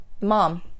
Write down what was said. mom